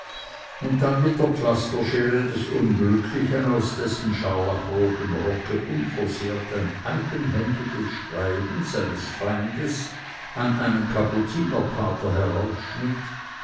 und dann mit der pflasterschere des unglücklichen aus dessen scharlachrotem rocke unversehrt ein eigenhändiges schreiben seines feindes an einen kapuzinerpater